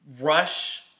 rush